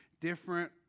different